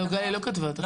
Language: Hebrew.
לא, גלי לא כתבה את החוק.